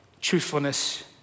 truthfulness